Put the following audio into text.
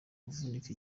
kuvunika